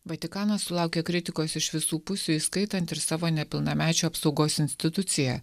vatikanas sulaukė kritikos iš visų pusių įskaitant ir savo nepilnamečių apsaugos instituciją